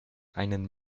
einen